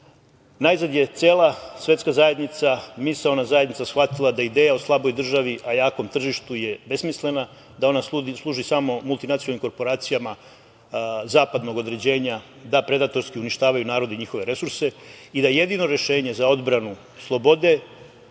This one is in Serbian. najzad je cela svetska zajednica, misaona zajednica shvatila da ideal o slaboj državi, a jakom tržištu je besmislena, da ona služi samo multinacionalnim korporacijama zapadnog određenja da predatorski uništavaju narod i njihove resurse i da jedino rešenje za odbranu slobode,